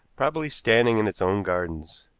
probably standing in its own gardens.